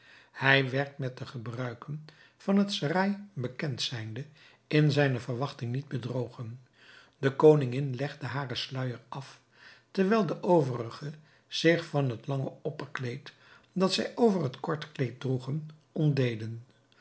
hij werd met de gebruiken van het serail bekend zijnde in zijne verwachting niet bedrogen de koningin legde haren sluijer af terwijl de overigen zich van het lange opperkleed dat zij over een kort kleed droegen